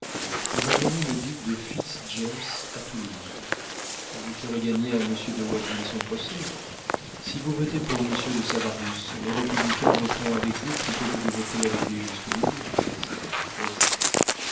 on va nommer le duc de fitz-james à toulouse vous ferez gagner à monsieur de watteville son procès si vous votez pour monsieur de savarus les républicains voteront avec vous plutôt que de voter avec les juste-milieu etc etc